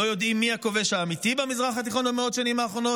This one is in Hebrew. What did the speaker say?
לא יודעים מי הכובש האמיתי במזרח התיכון במאות השנים האחרונות.